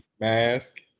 mask